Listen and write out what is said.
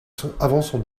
son